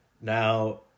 Now